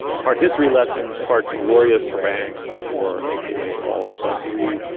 part history lesson, part glorious harangue, therefore. okay, all spike lee.